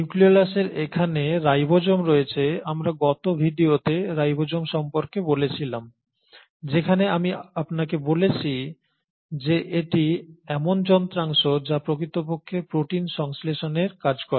নিউক্লিয়লাসের এখানে রাইবোসোম রয়েছে আমরা গত ভিডিওতে রাইবোসোম সম্পর্কে বলেছিলাম যেখানে আমি আপনাকে বলেছি যে এটি এমন যন্ত্রাংশ যা প্রকৃতপক্ষে প্রোটিন সংশ্লেষনের কাজ করে